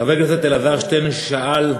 חבר הכנסת אלעזר שטרן שאל,